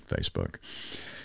Facebook